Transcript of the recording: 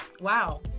wow